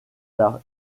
tard